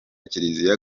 kiriziya